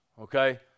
Okay